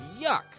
yuck